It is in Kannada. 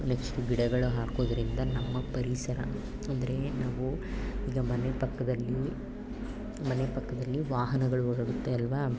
ನೆಕ್ಸ್ಟು ಗಿಡಗಳು ಹಾಕೋದ್ರಿಂದ ನಮ್ಮ ಪರಿಸರ ಅಂದರೆ ನಾವು ಈಗ ಮನೆ ಪಕ್ಕದಲ್ಲಿ ಮನೆ ಪಕ್ಕದಲ್ಲಿ ವಾಹನಗಳು ಓಡಾಡುತ್ತೆ ಅಲ್ವಾ